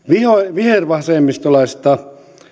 vihervasemmistolaisesta